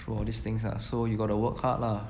for all these things ah so you gotta work hard lah